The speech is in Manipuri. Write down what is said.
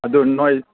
ꯑꯗꯨ ꯅꯣꯏ